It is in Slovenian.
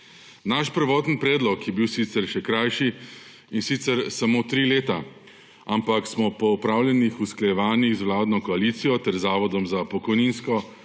Naš prvotni predlog je bil sicer še krajši, in sicer samo tri leta, ampak smo po opravljenih usklajevanjih z vladno koalicijo ter Zavodom za pokojninsko